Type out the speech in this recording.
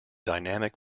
dynamic